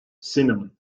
cinnamon